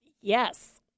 yes